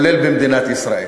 כולל במדינת ישראל.